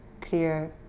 clear